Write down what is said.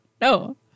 No